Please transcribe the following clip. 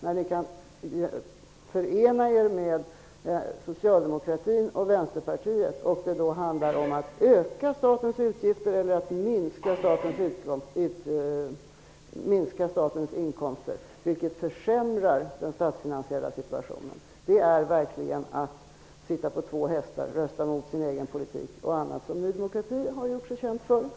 När ni kan förena er med socialdemokratin och Vänsterpartiet handlar det om att öka statens utgifter eller att minska statens inkomster, vilket försämrar den statsfinansiella situationen. Det är verkligen att sitta på två hästar. Till det som Ny demokrati har gjort sig känt för hör ju att man har röstat mot sin egen politik.